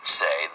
say